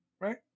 Right